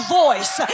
voice